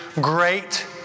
great